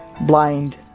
blind